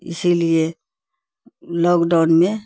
اسی لیے lockdown میں